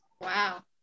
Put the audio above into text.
Wow